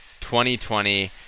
2020